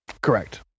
correct